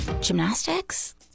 gymnastics